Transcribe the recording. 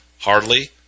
hardly